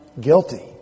guilty